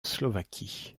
slovaquie